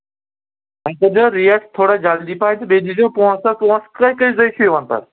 وۄنۍ کٔرۍزیو ریٹ تھوڑا جلدی پہن تہٕ بیٚیہِ دیٖزیو پونسہٕ پونٛسہٕ کٔہہِ کٔژِ دۄہہِ چھُ یِوان پتہٕ